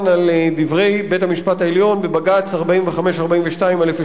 על דברי בית-המשפט העליון בבג"ץ 4542/02,